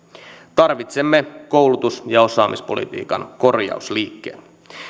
tarvitsemme koulutus ja osaamispolitiikan korjausliikkeen